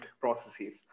processes